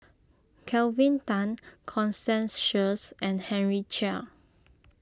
Kelvin Tan Constance Sheares and Henry Chia